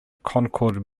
concord